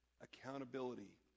accountability